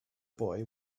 boy